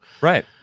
right